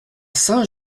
saint